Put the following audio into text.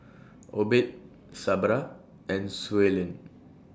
Obed Sabra and Suellen